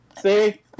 See